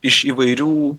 iš įvairių